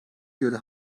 göre